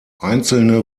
einzelne